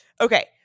Okay